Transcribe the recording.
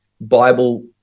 Bible